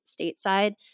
stateside